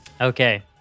Okay